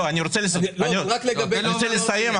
אבל רק לגבי --- אני רוצה לסיים.